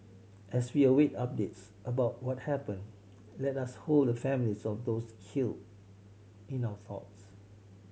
as we await updates about what happened let us hold the families of those killed in our thoughts